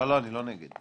אני לא נגד.